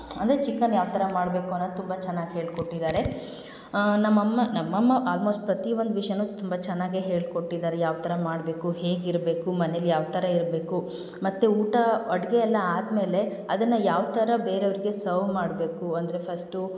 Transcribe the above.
ಅಂದರೆ ಚಿಕನ್ ಯಾವ ಥರ ಮಾಡಬೇಕು ಅನ್ನೋದು ತುಂಬ ಚೆನ್ನಾಗಿ ಹೇಳಿಕೊಟ್ಟಿದ್ದಾರೆ ನಮ್ಮ ಅಮ್ಮ ನಮ್ಮ ಅಮ್ಮ ಆಲ್ಮೋಸ್ಟ್ ಪ್ರತಿಯೊಂದ್ ವಿಷ್ಯನೂ ತುಂಬ ಚೆನ್ನಾಗೇ ಹೇಳ್ಕೊಟ್ಟಿದ್ದಾರೆ ಯಾವ ಥರ ಮಾಡಬೇಕು ಹೇಗಿರಬೇಕು ಮನೆಲಿ ಯಾವ ಥರ ಇರಬೇಕು ಮತ್ತು ಊಟ ಅಡುಗೆ ಎಲ್ಲ ಆದ ಮೇಲೆ ಅದನ್ನು ಯಾವ ಥರ ಬೇರೆಯವ್ರಿಗೆ ಸವ್ ಮಾಡಬೇಕು ಅಂದರೆ ಫಸ್ಟು